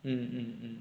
mm mm mm